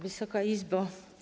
Wysoka Izbo!